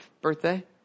birthday